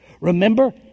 Remember